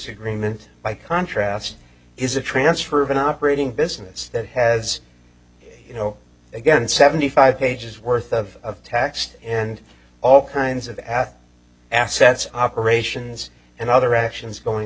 agreement by contrast is a transfer of an operating business that has you know again seventy five pages worth of text and all kinds of ad assets operations and other actions going